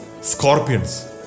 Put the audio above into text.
scorpions